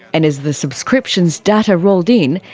and as the subscriptions data rolled in,